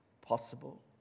Possible